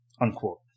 unquote